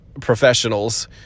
professionals